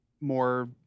more